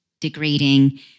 degrading